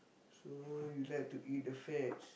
so you like to eat the fats